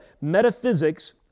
metaphysics